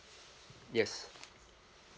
yes